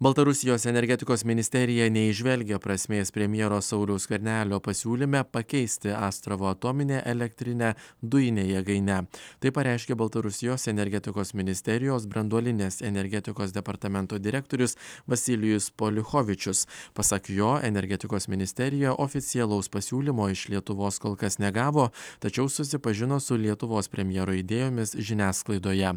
baltarusijos energetikos ministerija neįžvelgia prasmės premjero sauliaus skvernelio pasiūlyme pakeisti astravo atominę elektrinę dujine jėgaine tai pareiškė baltarusijos energetikos ministerijos branduolinės energetikos departamento direktorius vasilijus poliuchovičius pasak jo energetikos ministerija oficialaus pasiūlymo iš lietuvos kol kas negavo tačiau susipažino su lietuvos premjero idėjomis žiniasklaidoje